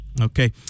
Okay